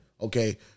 Okay